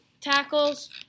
tackles